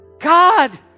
God